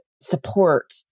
support